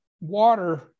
water